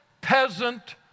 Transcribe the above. peasant